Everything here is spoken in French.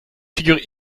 figures